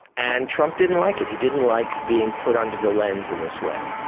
and trump didn't like it, he didn't like being put under the lens in this way,